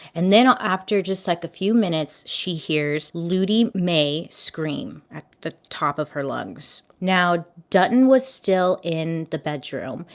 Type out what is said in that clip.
and then ah after just like a few minutes, she hears ludie mae scream at the top of her lungs. now dutton was still in the bedroom,